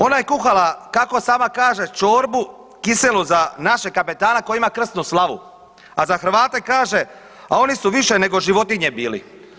Ona je kuhala, kako sama kaže, čorbu kiselu za našeg kapetana koji ima krsnu slavu, a za Hrvate kaže a oni su više nego životinje bili.